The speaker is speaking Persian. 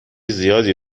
زیادی